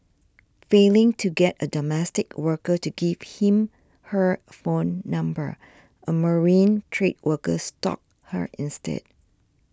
failing to get a domestic worker to give him her phone number a marine trade worker stalked her instead